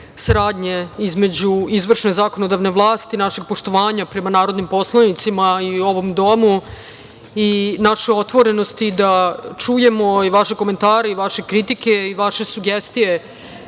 saradnje između izvršne i zakonodavne vlasti, našeg poštovanja prema narodnim poslanicima i ovom domu i naše otvorenosti da čujemo i vaše komentare i vaše kritike i vaše sugestije